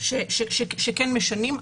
שכן משנים.